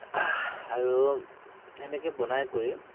আৰু সেনেকৈ বনাই কৰি